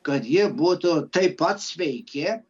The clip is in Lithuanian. kad jie būtų taip pat sveiki